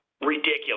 ridiculous